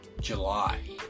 July